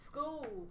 School